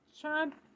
Trump